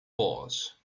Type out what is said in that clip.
paws